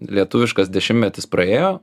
lietuviškas dešimtmetis praėjo